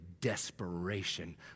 desperation